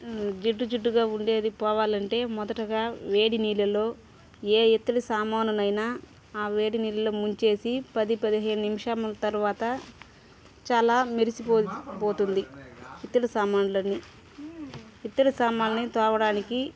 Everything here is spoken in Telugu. జిడ్డు జిడ్డుగా ఉండేది పోవాలంటే మొదటగా వేడి నీళ్ళలో ఏ ఇత్తడి సామానునైనా ఆ వేడి నీళ్ళలో ముంచేసి పది పదిహేను నిమిషముల తర్వాత చాలా మెరిసిపో పోతుంది ఇత్తడి సామాన్లన్నీ ఇత్తడి సామాన్ని తోమడానికి